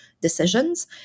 decisions